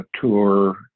tour